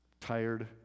tired